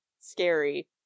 scary